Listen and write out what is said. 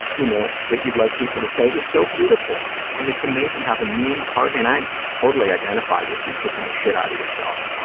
you know, that you'd like people to say, it was so beautiful and it's amazing how the mean part, and i totally identify with you kicking the shit out of yourself,